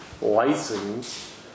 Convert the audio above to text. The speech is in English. license